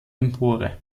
empore